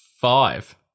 five